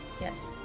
Yes